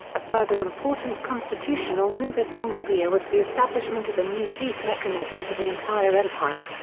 a further important constitutional move at roncaglia was the establishment of a new peace mechanism for the entire empire,